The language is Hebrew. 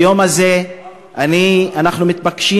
ביום הזה אנחנו מתבקשים,